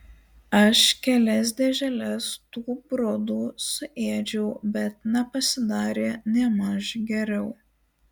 aš kelias dėželes tų brudų suėdžiau bet nepasidarė nėmaž geriau